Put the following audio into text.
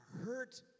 hurt